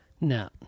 No